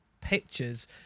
pictures